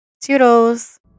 Toodles